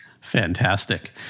Fantastic